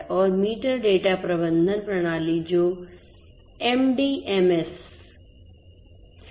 और metre data प्रबंधन प्रणाली जो एमडीएमएस है